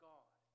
God